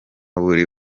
buri